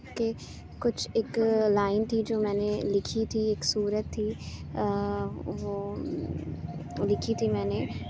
کی کچھ ایک لائن تھی جو میں نے لکھی تھی ایک سورت تھی وہ لکھی تھی میں نے